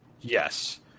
Yes